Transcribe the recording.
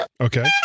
Okay